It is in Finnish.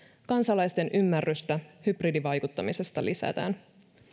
kansalaisten ymmärrystä hybridivaikuttamisesta lisätään